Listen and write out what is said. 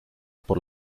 por